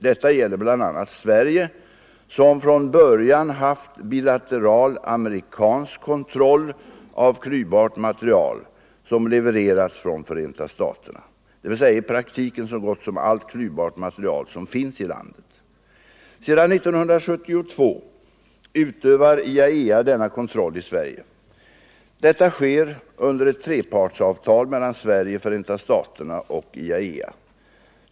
Detta gäller bl.a. Sverige, som från början haft bilateral amerikansk kontroll av klyvbart material som levererats från Förenta staterna, dvs. i praktiken så gott som allt klyvbart material som finns i landet. Sedan 1972 utövar IAEA denna kontroll i Sverige. Detta sker under ett trepartsavtal mellan Sverige, Förenta staterna och IAEA.